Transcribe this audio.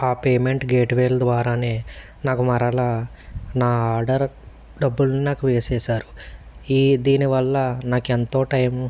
ఆ పేమెంట్ గేట్వేల ద్వారానే నాకు మరలా నా ఆర్డర్ డబ్బులని నాకు వేసేశారు ఈ దీనివల్ల నాకెంతో టైం